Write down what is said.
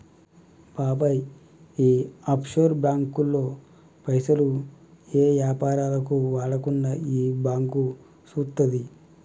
బాబాయ్ ఈ ఆఫ్షోర్ బాంకుల్లో పైసలు ఏ యాపారాలకు వాడకుండా ఈ బాంకు సూత్తది